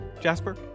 Jasper